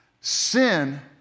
Sin